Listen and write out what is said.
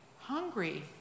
hungry